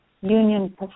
Union